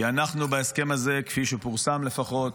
כי בהסכם הזה, כפי שפורסם לפחות,